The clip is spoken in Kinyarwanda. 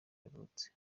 yavutse